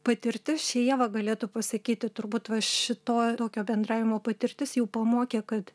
patirtis čia ieva galėtų pasakyti turbūt va šito tokio bendravimo patirtis jau pamokė kad